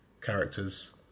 characters